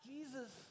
Jesus